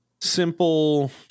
simple